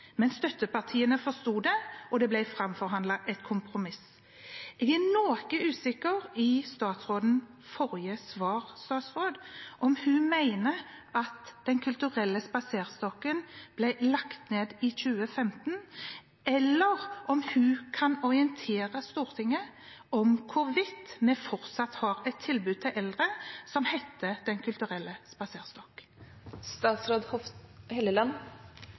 men støttepartiene forsto det, og det ble framforhandlet et kompromiss. Jeg er noe usikker ut fra statsrådens forrige svar om hun mener at Den kulturelle spaserstokken ble lagt ned i 2015, eller om hun kan orientere Stortinget om hvorvidt vi fortsatt har et tilbud til eldre som heter Den kulturelle